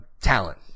talent